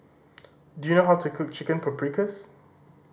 do you know how to cook Chicken Paprikas